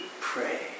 pray